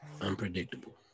Unpredictable